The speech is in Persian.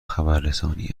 خبررسانی